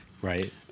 Right